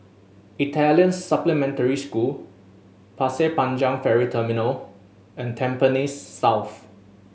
Italian Supplementary School Pasir Panjang Ferry Terminal and Tampines South